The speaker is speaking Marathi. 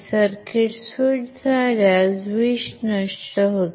सर्किट स्विच झाल्यासच वीज नष्ट होते